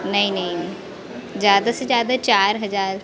नहीं नहीं ज़्यादा से ज़्यादा चार हज़ार